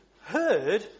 heard